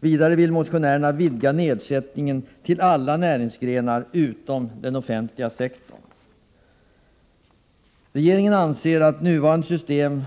Vidare vill motionärerna vidga nedsättningen till alla näringsgrenar utom den offentliga sektorn. Regeringen anser att nuvarande system